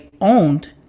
owned